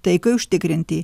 taikai užtikrinti